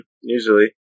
usually